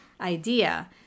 idea